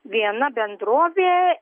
viena bendrovė